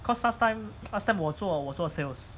cause last time last time 我做我做 sales